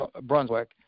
Brunswick